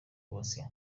basoje